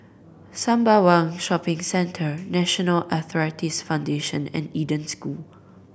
Sembawang Shopping Centre National Arthritis Foundation and Eden School